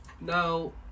now